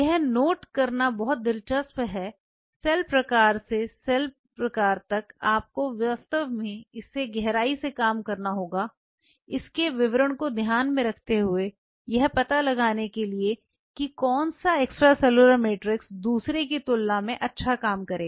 यह नोट करना बहुत दिलचस्प है सेल प्रकार से सेल प्रकार तक आपको वास्तव में इसे गहराई से काम करना होगा इसके विवरण को ध्यान में रखते हुए यह पता लगाने के लिए कि कौन सा एक्स्ट्रासेल्युलर मैट्रिक्स दूसरे की तुलना में अच्छा करेगा